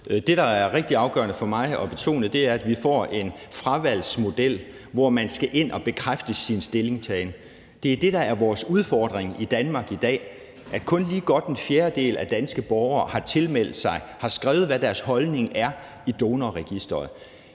Det, der er rigtig afgørende for mig at betone, er, at vi får en fravalgsmodel, hvor man skal ind at bekræfte sin stillingtagen. Det, der er vores udfordring i Danmark i dag, er, at kun lige godt en fjerdedel af danske borgere har tilmeldt sig og skrevet, hvad deres holdning er, i donorregisteret.